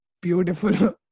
beautiful